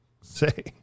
Say